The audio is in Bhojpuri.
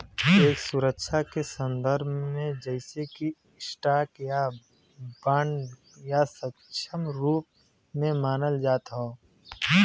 एक सुरक्षा के संदर्भ में जइसे कि स्टॉक या बांड या समकक्ष रूप में मानल जात हौ